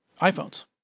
iPhones